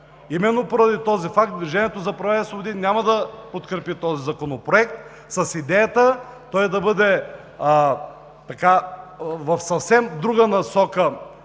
Именно поради този факт „Движението за права и свободи“ няма да подкрепи този законопроект с идеята той да бъде в съвсем друга насока